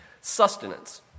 Sustenance